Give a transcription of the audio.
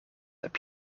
heb